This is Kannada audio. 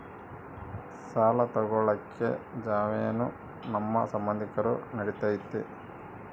ಸಾಲ ತೊಗೋಳಕ್ಕೆ ಜಾಮೇನು ನಮ್ಮ ಸಂಬಂಧಿಕರು ನಡಿತೈತಿ?